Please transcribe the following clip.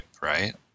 right